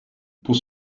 pour